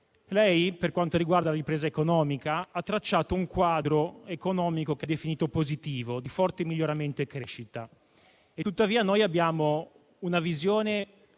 Lei, per quanto riguarda la ripresa economica, ha tracciato un quadro economico che ha definito positivo e di forte miglioramento e crescita. Tuttavia, noi abbiamo una visione